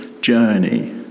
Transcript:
journey